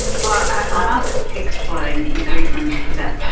well, i must explain the reason for that,